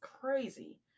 crazy